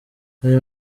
ayo